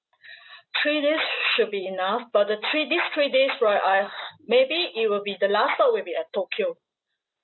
three days should be enough but the three days three days right I maybe it will be the last stop will be at tokyo